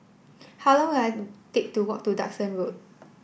how long will I take to walk to Duxton Road